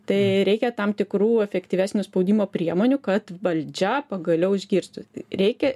tai reikia tam tikrų efektyvesnio spaudimo priemonių kad valdžia pagaliau išgirstų reikia